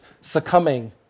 succumbing